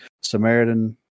Samaritan